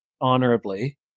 honorably